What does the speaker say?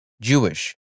Jewish